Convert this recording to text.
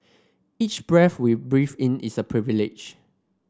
each breath we breathe in is a privilege